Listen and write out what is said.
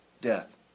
death